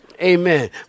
Amen